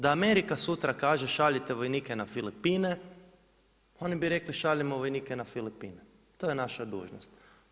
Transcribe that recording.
Da Amerika sutra kaže šaljite vojnike na Filipine oni bi rekli šaljemo vojnike na Filipine, to je naša dužnost.